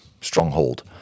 stronghold